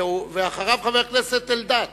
ואחריו, חבר הכנסת אלדד.